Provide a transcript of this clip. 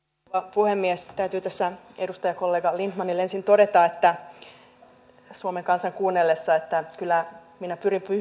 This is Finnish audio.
puhemies täytyy tässä edustajakollega lindtmanille ensin todeta suomen kansan kuunnellessa että kyllä minä pyrin